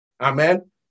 Amen